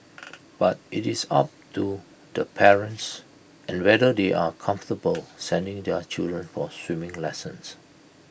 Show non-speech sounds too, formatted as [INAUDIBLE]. [NOISE] but IT is up to the parents and whether they are comfortable sending their children for swimming lessons